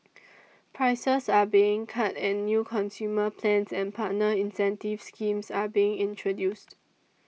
prices are being cut and new consumer plans and partner incentive schemes are being introduced